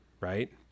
right